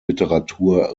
literatur